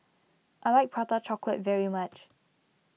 I like Prata Chocolate very much